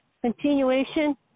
continuation